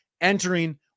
Entering